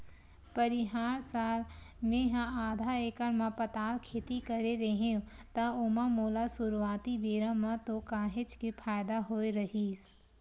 परिहार साल मेहा आधा एकड़ म पताल खेती करे रेहेव त ओमा मोला सुरुवाती बेरा म तो काहेच के फायदा होय रहिस